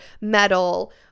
metal